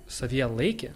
savyje laikė